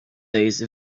days